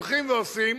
הולכים ועושים,